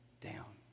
down